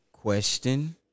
question